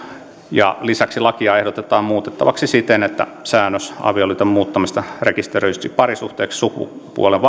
lisäksi lakia ehdotetaan muutettavaksi siten että säännös avioliiton muuttamisesta rekisteröidyksi parisuhteeksi sukupuolen